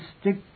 stick